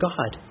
God